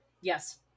Yes